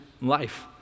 life